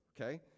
okay